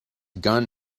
gun